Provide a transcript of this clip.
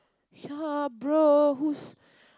ya bro who's